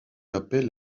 appel